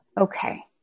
Okay